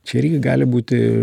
čia irgi gali būti